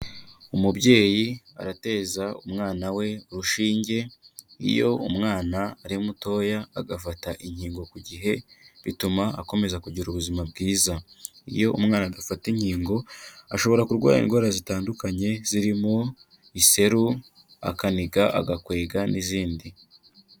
Umubyeyi arateza umwana we urushinge, iyo umwana ari mutoya agafata inkingo ku gihe bituma akomeza kugira ubuzima bwiza. Iyo umwana adafata inkingo ashobora kurwara indwara zitandukanye zirimo iseru, akaniga, agakwega n'izindi.